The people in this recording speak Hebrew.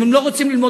היישוב נמצא